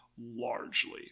largely